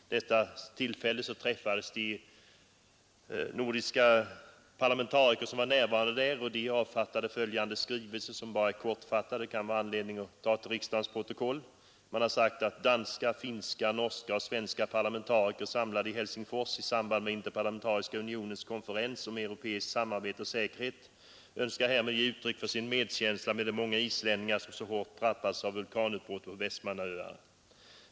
De nordiska parlamentariker som deltog i konferensen samlades och avfattade följande kortfattade skrivelse, som det kan vara anledning att ta till riksdagens protokoll: ”Danska, finska, norska och svenska parlamentariker, samlade i Helsingfors i samband med Interparlamentariska Unionens konferens om europeiskt samarbete och säkerhet, önskar härmed ge uttryck för sin medkänsla med de många islänningar, som så hårt drabbats av vulkanutbrottet på Vestmannaeyjar.